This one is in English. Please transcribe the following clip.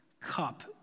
cup